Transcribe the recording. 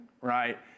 right